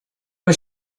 was